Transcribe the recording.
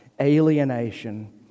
Alienation